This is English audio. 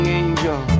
angel